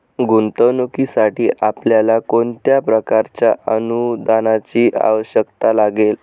गुंतवणुकीसाठी आपल्याला कोणत्या प्रकारच्या अनुदानाची आवश्यकता लागेल?